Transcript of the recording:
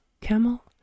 Camel